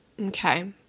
okay